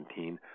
2017